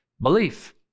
belief